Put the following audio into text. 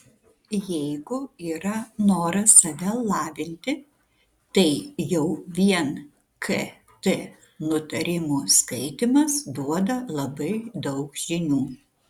jeigu yra noras save lavinti tai jau vien kt nutarimų skaitymas duoda labai daug žinių